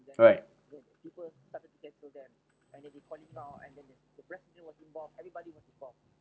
right